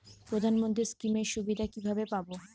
প্রধানমন্ত্রী স্কীম এর সুবিধা কিভাবে পাবো?